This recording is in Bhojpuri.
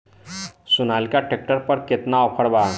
सोनालीका ट्रैक्टर पर केतना ऑफर बा?